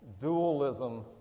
dualism